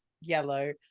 yellow